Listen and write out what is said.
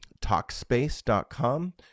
Talkspace.com